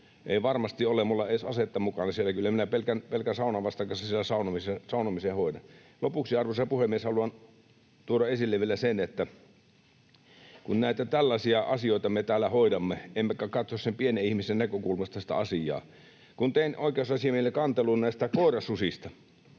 Ei varmasti ole. Minulla ei ole edes asetta mukana siellä, kyllä minä pelkän saunavastan kanssa siellä saunomisen hoidan. Lopuksi, arvoisa puhemies, haluan tuoda esille vielä sen, kun näitä tällaisia asioita me täällä hoidamme emmekä katso sen pienen ihmisen näkökulmasta sitä asiaa. Tein oikeusasiamiehelle kantelun näistä koirasusista,